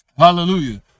Hallelujah